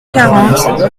quarante